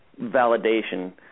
validation